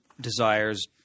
Desire's